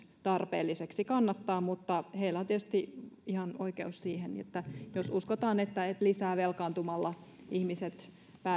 tarpeelliseksi kannattaa mutta heillä on tietysti ihan oikeus siihen jos uskotaan että lisää velkaantumalla ihmiset